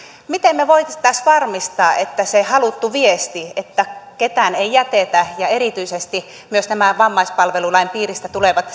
miten me voisimme tässä varmistaa että menisi perille se haluttu viesti että ketään ei jätetä ja erityisesti myös nämä vammaispalvelulain piiristä tulevat